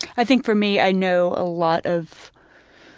i think for me i know a lot of,